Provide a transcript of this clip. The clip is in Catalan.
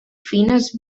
fines